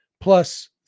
plus